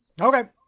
Okay